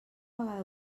vegada